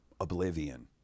Oblivion